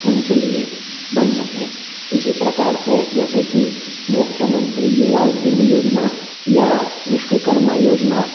उनके लिए बन सकें इसी प्रकार से जैसे कि मुख्यमंत्री युवा उद्यमी योजना या विश्वकर्मा योजना